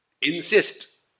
Insist